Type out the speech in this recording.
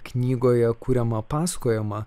knygoje kuriamą pasakojimą